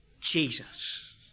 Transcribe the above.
Jesus